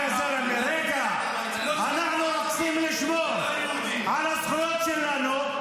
על הזכויות שלנו,